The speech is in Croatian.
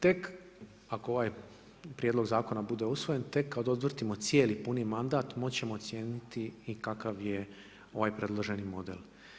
Međutim, tek ako ovaj prijedlog zakona bude usvojen, tek kada odvrtimo cijeli, puni mandat moći ćemo ocijeniti i kakav je ovaj predloženi model.